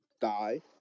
die